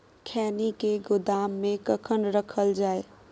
खैनी के गोदाम में कखन रखल जाय?